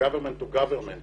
גוורמנט טו גוורמנט,